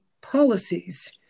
policies